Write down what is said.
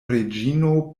reĝino